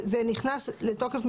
אז איך היום אני לא יכול לעשות את זה?